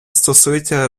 стосується